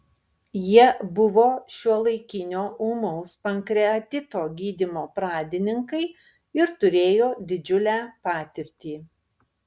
jie buvo šiuolaikinio ūmaus pankreatito gydymo pradininkai ir turėjo didžiulę patirtį